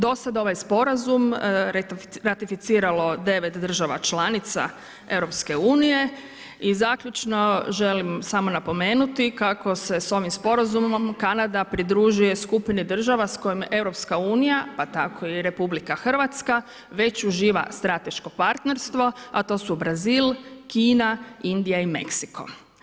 Do sad ovaj sporazum ratificiralo je 9 država članica EU-a i zaključno želim samo napomenuti kako se s ovim sporazumom Kanada pridružuje skupini država s kojima EU pa tako i RH već uživa strateško partnerstvo a to su Brazil, Kina, Indija i Meksiko.